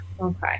okay